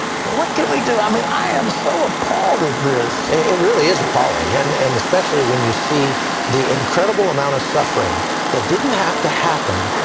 what can we do? i mean i am so appalled at this. it really is appalling, and and especially when you see the incredible amount of suffering that didn't have to happen.